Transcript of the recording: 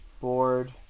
board